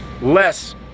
less